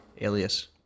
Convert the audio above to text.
alias